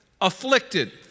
afflicted